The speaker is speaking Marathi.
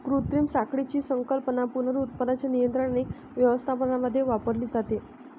कृत्रिम साखळीची संकल्पना पुनरुत्पादनाच्या नियंत्रण आणि व्यवस्थापनामध्ये वापरली जाते